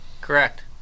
Correct